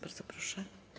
Bardzo proszę.